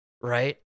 right